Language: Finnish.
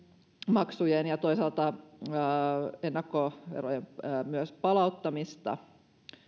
maksujen ja toisaalta myös ennakkoverojen palauttamista